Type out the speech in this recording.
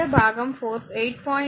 88 మరియు 3